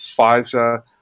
Pfizer